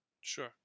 Sure